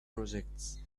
projects